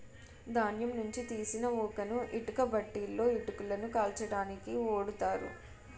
ధాన్యం నుంచి తీసిన ఊకను ఇటుక బట్టీలలో ఇటుకలను కాల్చడానికి ఓడుతారు